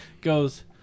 goes